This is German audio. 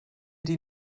die